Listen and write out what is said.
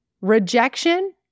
rejection